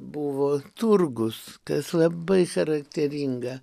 buvo turgus kas labai charakteringa